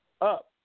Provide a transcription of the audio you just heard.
up